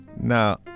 Now